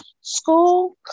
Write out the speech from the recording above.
school